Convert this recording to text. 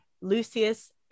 Lucius